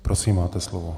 Prosím, máte slovo.